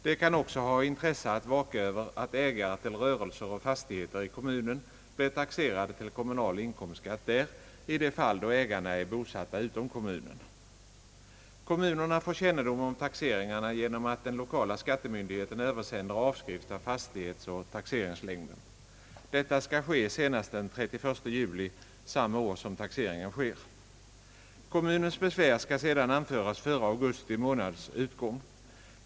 De kan också ha intresse att vaka över att ägare till rörelser och fastigheter i kommunen blir taxerade till kommunal inkomstskatt där, i de fall då ägarna är bosatta utom kommunen, Kommunerna får kännedom om taxeringarna genom att den lokala skattemyndigheten översänder avskrifter av fastighetsoch taxeringslängden. Detta skall ske senast den 31 juli samma år som taxeringen äger rum. Kommunens besvär skall sedan anföras före augusti månads utgång.